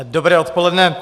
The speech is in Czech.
Dobré odpoledne.